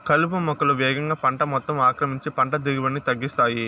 కలుపు మొక్కలు వేగంగా పంట మొత్తం ఆక్రమించి పంట దిగుబడిని తగ్గిస్తాయి